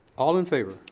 all in favor?